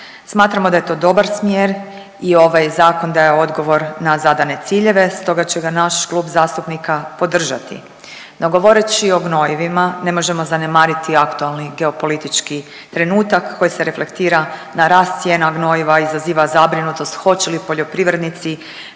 Smatramo da je to dobar smjer i ovaj zakon da je odgovor na zadane ciljeve stoga će ga naš klub zastupnika podržati. No, govoreći o gnojivima ne možemo zanemariti aktualni geopolitički trenutak koji se reflektira na rast cijena gnojiva i izaziva zabrinutost hoće li poljoprivrednici